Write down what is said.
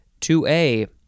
2A